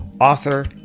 author